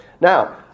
Now